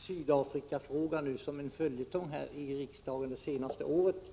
Sydafrikafrågan har ju varit en följetong i riksdagen under det senaste året,